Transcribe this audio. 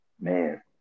man